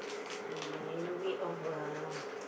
and I know we all will